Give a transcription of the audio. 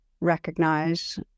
recognize